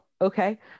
okay